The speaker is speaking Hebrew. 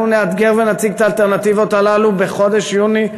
אנחנו נאתגר ונציג את האלטרנטיבות האלה בחודש יוני,